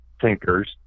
thinkers